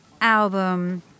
album